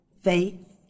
faith